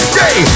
day